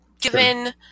given